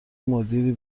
مدیری